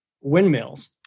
windmills